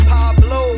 Pablo